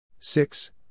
Six